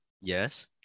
Yes